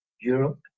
Europe